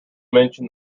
mention